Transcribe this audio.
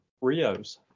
rios